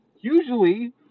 Usually